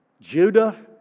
Judah